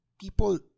people